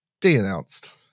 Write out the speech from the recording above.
de-announced